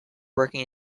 working